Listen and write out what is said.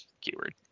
keyword